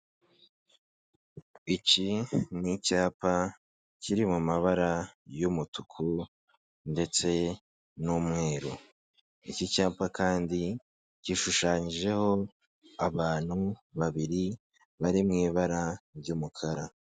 Iki n'icyapa kiri mu mabara y'umutuku ndetse n'umweru, iki cyapa kandi gishushanyijeho abantu babiri bari mu ibara ry'umukara.